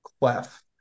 clef